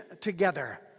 together